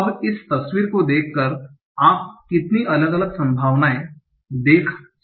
अब इस तस्वीर को देखकर आप कितनी अलग संभावनाएं देख सकते हैं